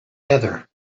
heather